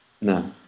No